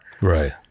Right